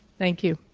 thank you.